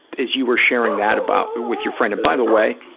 as you were sharing that about, with your friend, and by the way,